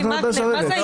מה זה מסרבת?